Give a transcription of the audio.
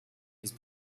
his